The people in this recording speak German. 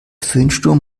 föhnsturm